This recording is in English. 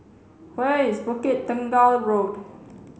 where is Bukit Tunggal Road